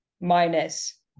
minus